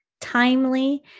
timely